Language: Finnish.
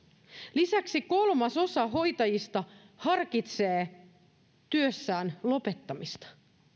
lisäksi kolmasosa hoitajista harkitsee työssään lopettamista